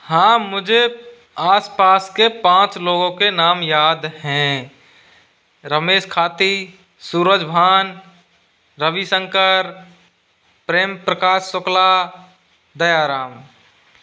हाँ मुझे आस पास के पाँच लोगों के नाम याद हैं रमेश खाती सूरज भान रवि शंकर प्रेम प्रकाश शुक्ला दया राम